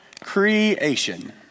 Creation